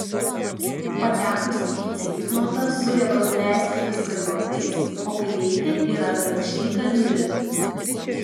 patekusi į ceitnotą sugeba nuleisti viską juokais o kai reikia yra grakščiai kandi